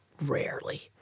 rarely